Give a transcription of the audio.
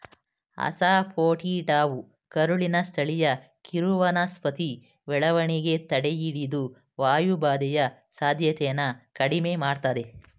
ಅಸಾಫೋಟಿಡಾವು ಕರುಳಿನ ಸ್ಥಳೀಯ ಕಿರುವನಸ್ಪತಿ ಬೆಳವಣಿಗೆ ತಡೆಹಿಡಿದು ವಾಯುಬಾಧೆಯ ಸಾಧ್ಯತೆನ ಕಡಿಮೆ ಮಾಡ್ತದೆ